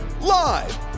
Live